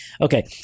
Okay